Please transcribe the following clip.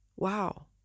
wow